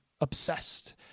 obsessed